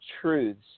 truths